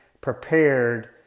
prepared